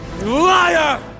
Liar